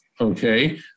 okay